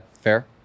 Fair